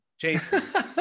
Jason